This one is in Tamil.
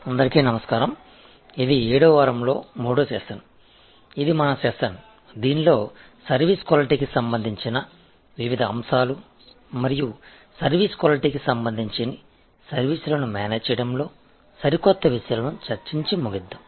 வணக்கம் எனவே இது வாரம் 7 மற்றும் நம் மூன்றாவது அமர்வு மற்றும் இது நம் அமர்வாகும் இதில் சர்வீஸ் க்வாலிடியின் பல்வேறு அம்சங்களையும் சர்வீஸின் க்வாலிடியைப் பொறுத்து சர்வீஸ்களை நிர்வகிப்பதில் புதிதாக வளர்ந்து வரும் சிக்கல்களையும் நாம் முடிப்போம்